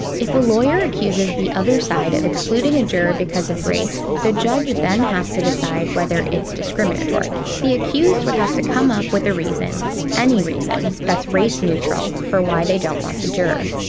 if a lawyer accuses the other side of excluding a juror because of race, the judge then has to decide whether it's discriminatory. the accused would have to come up with a reason any reason that's race neutral, for why they don't want that juror.